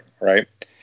right